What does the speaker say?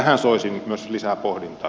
tähän soisi nyt myös lisää pohdintaa